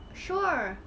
sure